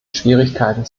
schwierigkeiten